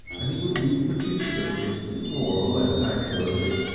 and he would reproduce them more or less accurately.